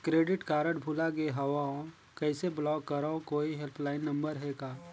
Credit card भुला गे हववं कइसे ब्लाक करव? कोई हेल्पलाइन नंबर हे का?